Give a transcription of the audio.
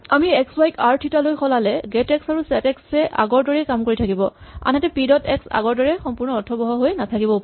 আমি x y ক আৰ থিতা লৈ সলালে গেট এক্স আৰু ছেট এক্স এ আগৰ দৰেই কাম কৰি থাকিব আনহাতে পি ডট এক্স আগৰদৰে অৰ্থপূৰ্ণ হৈ নাথাকিব পাৰে